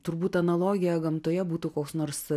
turbūt analogija gamtoje būtų koks nors